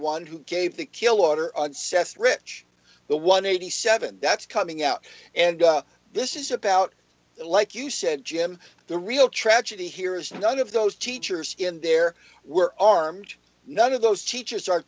one who gave the kill order rich the one eighty seven that's coming out and this is about like you said jim the real tragedy here is none of those teachers in there were armed none of those teachers are